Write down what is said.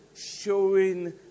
showing